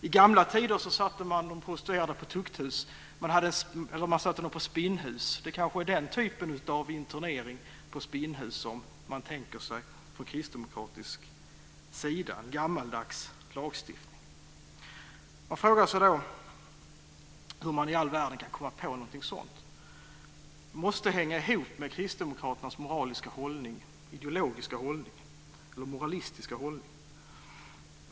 I gamla tider satte man de prostituerade på spinnhus. Det kanske är den typen av internering som Kristdemokraterna tänker sig, en gammaldags lagstiftning. Man frågar sig hur man i all världen kan komma på någonting sådant. Det måste hänga ihop med Kristdemokraternas ideologiska och moralistiska hållning.